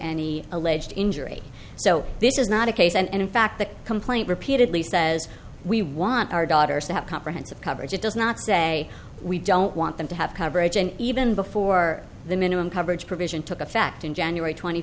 any alleged injury so this is not a case and in fact the complaint repeatedly says we want our daughters to have comprehensive coverage it does not say we don't want them to have coverage and even before the minimum coverage provision took effect in january tw